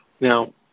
Now